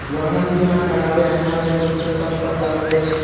वाहन बीमा करायब अनिवार्य रूप सॅ सभ पर लागू अछि